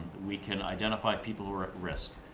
we can identify people who are at risk.